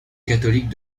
catholiques